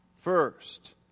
First